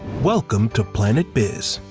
welcome to planet biz.